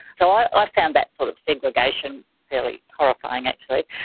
so i found that sort of segregation fairly horrifying, actually.